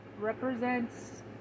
represents